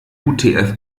utf